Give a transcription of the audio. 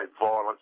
violence